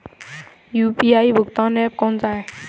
UPI भुगतान app कौन सा है?